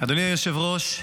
אדוני היושב-ראש,